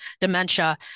dementia